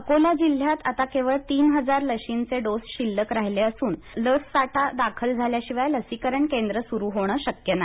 अकोला जिल्ह्यात आता केवळ तीन हजार लशींचे डोस शिल्लक राहिले असून लस साठा दाखल झाल्याशिवाय लसीकरण केंद्र सुरू होणे शक्य नाही